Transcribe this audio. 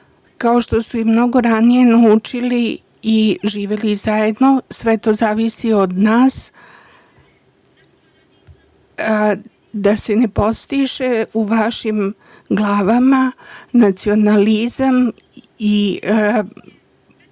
kao što su i mnogo ranije naučila i živela zajedno. Sve to zavisi od nas, da se ne podstiče u našim glavama nacionalizam i